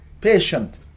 patient